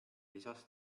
lisas